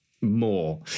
more